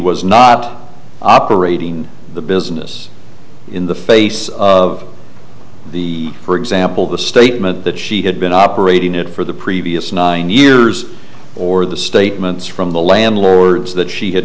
was not operating the business in the face of the for example the statement that she had been operating it for the previous nine years or the statements from the landlords that she had